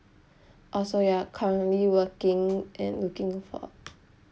oh so you are currently working and looking for